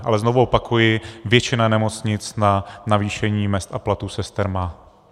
Ale znovu opakuji, většina nemocnic na navýšení mezd a platů sester má.